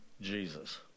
Jesus